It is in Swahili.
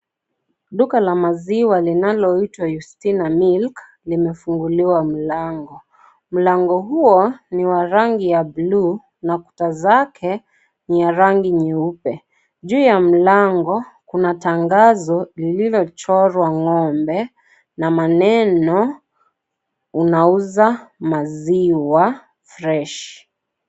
Duka la maziwa linaloitwa Tustina Milk, limefunguliwa mlango. Mlango huo ni wa rangi ya buluu na kuta zake ni ya rangi nyeupe. Juu ya mlango kuna tangazo lililochorwa ngombe, na maneno unauza maziwa fresh .